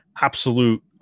absolute